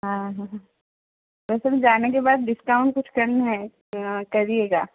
हाँ हाँ वैसे में जाने के बाद डिस्काउन्ट कुछ करना है करिएगा